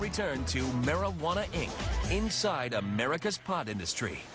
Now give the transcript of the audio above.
return to marijuana inside america's pot industry